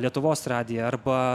lietuvos radiją arba